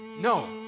No